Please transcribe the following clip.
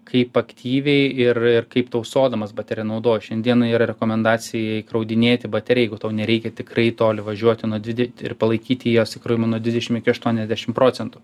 kaip aktyviai ir ir kaip tausodamas bateriją naudoji šiandieną yra rekomendacija įkraudinėti bateriją jeigu tau nereikia tikrai toli važiuoti nuo dvide ir palaikyti jos įkrovimą nuo dvidešim iki aštuoniasdešim procentų